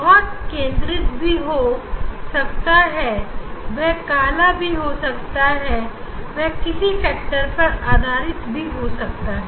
बहुत केंद्र भी हो सकता है वह काला भी हो सकता है वह किसी फैक्टर पर आधारित भी हो सकता हैं